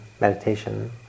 meditation